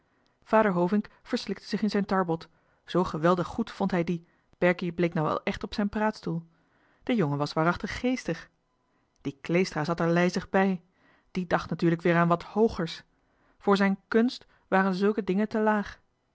vader hovink verslikte zich in zijn tarbot zoo geweldig goed vond hij die berkie bleek nou wel echt op zijn praatstoel de jongen was waarachtig geestig die kleestra zat er lijzig bij die dacht natuurlijk weer aan wat hoogers voor zijn khunst waren zulke dingen te laag